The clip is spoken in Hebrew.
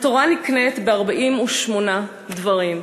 התורה נקנית ב-48 דברים,